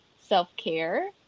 self-care